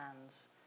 hands